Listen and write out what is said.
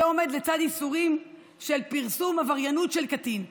זה עומד לצד איסורים של פרסום עבריינות של קטין,